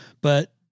but-